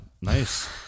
Nice